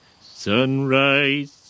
sunrise